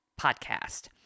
podcast